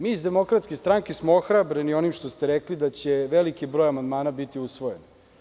Mi iz DS smo ohrabljeni onim što ste rekli da će veliki broj amandmana biti usvojen.